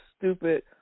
stupid